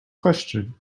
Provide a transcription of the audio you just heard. question